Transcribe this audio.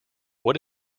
what